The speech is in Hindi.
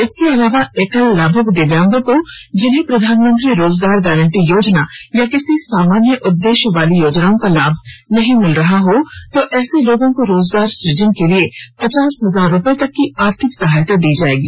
इसके अलावा एकल लाभूक दिव्यांग को जिन्हें प्रधानमंत्री रोजगार गारन्टी योजना या किसी सामान्य उदेश्य वाली योजनाओं का लाभ नहीं मिल रहा हो तो ऐसे लोगों को रोजगार सुजन के लिए पचास हजार रूपये तक की आर्थिक सहायता दी जाएगी